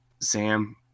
Sam